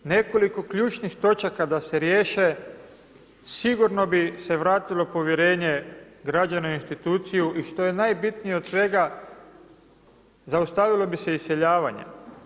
Nekoliko ključnih točaka da se riješe sigurno bi se vratilo povjerenje građana u instituciju i što je najbitnije od svega zaustavila bi se iseljavanja.